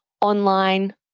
online